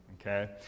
okay